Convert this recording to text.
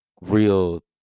real